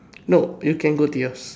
no you can go to yours